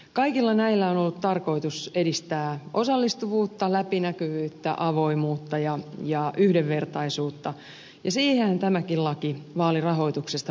kaikilla näillä on ollut tarkoitus edistää osallistuvuutta läpinäkyvyyttä avoimuutta ja yhdenvertaisuutta ja siihenhän tämäkin laki vaalirahoituksesta pyrkii